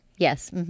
Yes